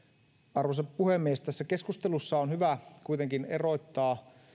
arvoisa puhemies tässä keskustelussa on hyvä kuitenkin erottaa